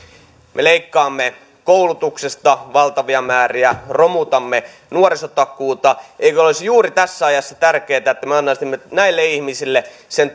me leikkaamme koulutuksesta valtavia määriä romutamme nuorisotakuuta eikö olisi juuri tässä ajassa tärkeätä että me antaisimme näille ihmisille sen